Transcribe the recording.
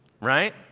Right